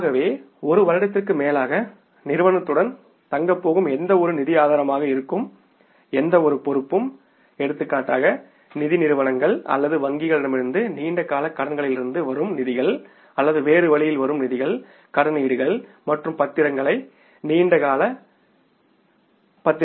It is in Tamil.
ஆகவே ஒரு வருடத்திற்கும் மேலாக நிறுவனத்துடன் தங்கப் போகும் எந்தவொரு நிதி ஆதாரமாக இருக்கும் எந்தவொரு பொறுப்பும் எடுத்துக்காட்டாக நிதி நிறுவனங்கள் அல்லது வங்கிகளிடமிருந்து நீண்ட கால கடன்களிலிருந்து வரும் நிதிகள் அல்லது வேறு வழியில் வரும் நிதிகள் கடனீடுகள் மற்றும் பத்திரங்களை ஆகியவை நீண்ட காலமாகும்